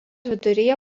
viduryje